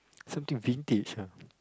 something vintage ah